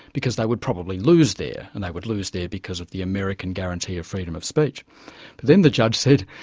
because they would probably lose there, and they would lose there because of the american guarantee of freedom of speech. but then the judge said,